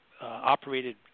operated